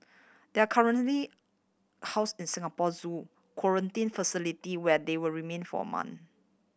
they are currently house in Singapore Zoo quarantine facility where they will remain for a month